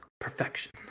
Perfection